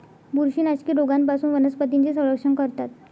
बुरशीनाशके रोगांपासून वनस्पतींचे संरक्षण करतात